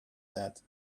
that